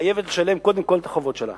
חייבת לשלם קודם כול את החובות שלה